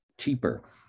cheaper